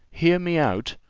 hear me out,